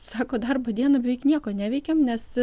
sako darbo dieną beveik nieko neveikiam nes